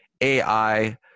AI